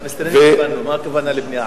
מה הכוונה בבנייה?